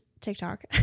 TikTok